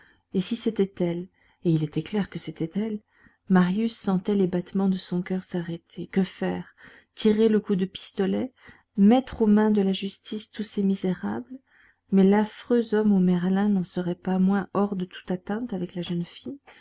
et si c'était elle et il était clair que c'était elle marius sentait les battements de son coeur s'arrêter que faire tirer le coup de pistolet mettre aux mains de la justice tous ces misérables mais l'affreux homme au merlin n'en serait pas moins hors de toute atteinte avec la jeune fille